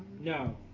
No